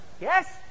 Yes